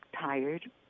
tired